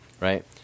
right